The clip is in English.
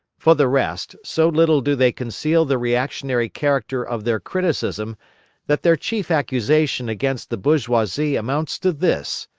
for the rest, so little do they conceal the reactionary character of their criticism that their chief accusation against the bourgeoisie amounts to this,